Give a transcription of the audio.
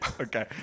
Okay